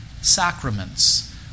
sacraments